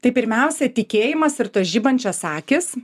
tai pirmiausia tikėjimas ir tos žibančios akys